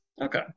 Okay